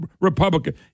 Republican